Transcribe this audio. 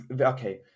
okay